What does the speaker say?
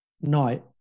night